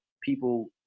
people